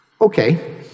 Okay